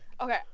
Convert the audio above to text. okay